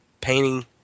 painting